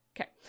Okay